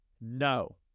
No